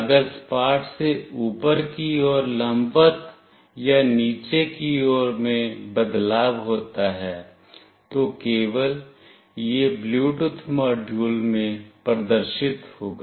अगर सपाट से ऊपर की ओर लंबवत या नीचे की ओर में बदलाव होता है तो केवल यह ब्लूटूथ मॉड्यूल में प्रदर्शित होगा